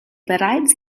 bereits